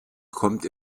kommt